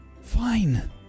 fine